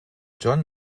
john